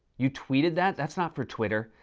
you tweeted that? that's not for twitter.